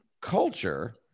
culture